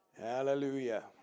Hallelujah